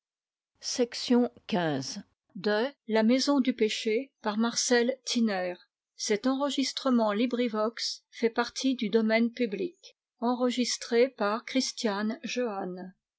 à la maison du